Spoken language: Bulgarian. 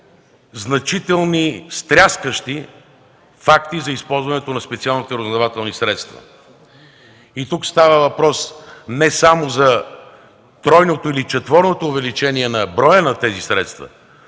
значителни, стряскащи факти за използването на специалните разузнавателни средства. И тук става въпрос не само за тройното или четворното увеличение на броя на тези средства,